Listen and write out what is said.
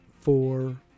four